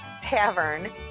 Tavern